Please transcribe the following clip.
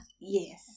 Yes